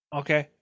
okay